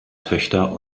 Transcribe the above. töchter